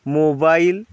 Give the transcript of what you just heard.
mobile